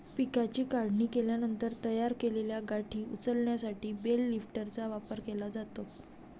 पिकाची काढणी केल्यानंतर तयार केलेल्या गाठी उचलण्यासाठी बेल लिफ्टरचा वापर केला जातो